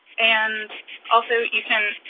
and also you can,